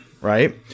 right